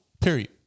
Period